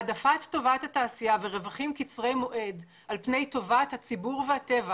העדפת טובת התעשייה ורווחים קצרי מועד על פני טובת הציבור והטבע